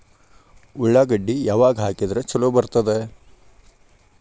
ಉಳ್ಳಾಗಡ್ಡಿ ಯಾವಾಗ ಹಾಕಿದ್ರ ಛಲೋ ಬರ್ತದ?